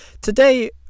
Today